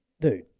Dude